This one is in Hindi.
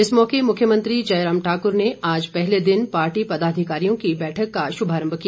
इस मौके मुख्यमंत्री जयराम ठाकुर ने आज पहले दिन पार्टी पदाधिकारियों की बैठक का शुभारम्भ किया